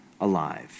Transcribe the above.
alive